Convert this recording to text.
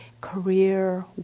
career